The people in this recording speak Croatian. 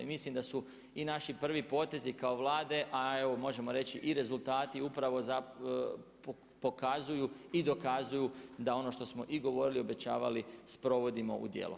I mislim da su i naši prvi potezi kao Vlade a evo možemo reći i rezultati upravo za pokazuju i dokazuju da ono što smo i govorili, obećavali sprovodimo u djelo.